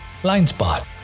Blindspot